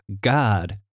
god